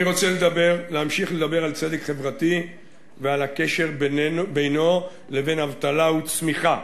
אני רוצה להמשיך לדבר על צדק חברתי ועל הקשר בינו לבין אבטלה וצמיחה.